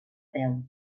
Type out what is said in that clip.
peu